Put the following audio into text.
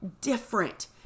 different